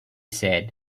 said